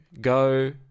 go